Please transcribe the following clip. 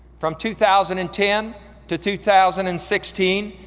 from two thousand and ten to two thousand and sixteen,